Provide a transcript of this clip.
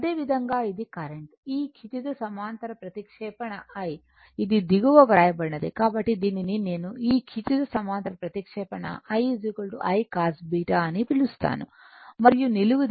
అదేవిధంగా ఇది కరెంట్ ఈ క్షితిజ సమాంతర ప్రతిక్షేపణ I ఇది దిగువన వ్రాయబడినది కాబట్టి దీనిని నేను ఈ క్షితిజ సమాంతర ప్రతిక్షేపణ I I cos β అని పిలుస్తాను మరియు నిలువుది I ' I sin β